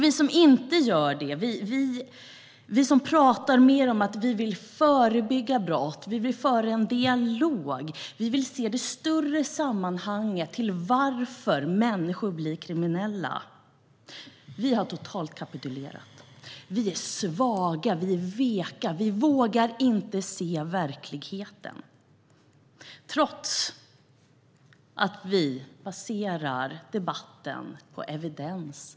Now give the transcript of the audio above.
Vi som inte gör det - vi som pratar mer om att vi vill förebygga brott, föra en dialog och se det större sammanhanget bakom att människor blir kriminella - har totalt kapitulerat. Vi är svaga, veka och vågar inte se verkligheten, trots att vi baserar debatten på evidens.